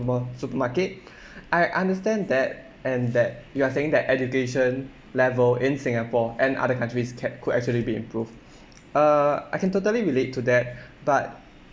supermarket I understand that and that you are saying that education level in singapore and other countries cad~ could actually be improved uh I can totally relate to that but